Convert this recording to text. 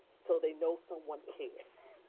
so they know someone cares.